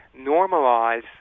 normalize